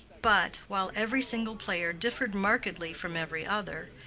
but, while every single player differed markedly from every other,